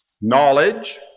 Knowledge